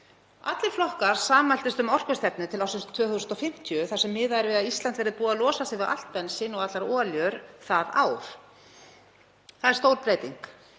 Allir flokkar sammæltust um orkustefnu til ársins 2050 þar sem miðað er við að Ísland verði búið að losa sig við allt bensín og allar olíur það ár. Það er stór breyting